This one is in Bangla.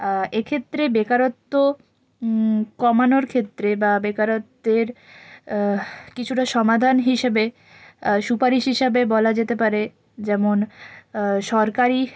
এ ক্ষেত্রে বেকারত্ব কমানোর ক্ষেত্রে বা বেকারত্বের কিছুটা সমাধান হিসেবে সুপারিশ হিসেবে বলা যেতে পারে যেমন সরকারি